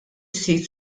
sit